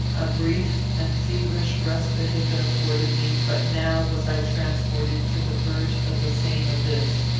a brief and feverish respite had been afforded me, but now was i transported to the verge of the same abyss.